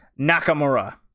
Nakamura